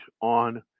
on